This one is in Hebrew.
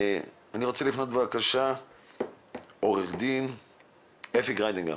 אני רוצה לפנות לעו"ד אפרים גריידינגר.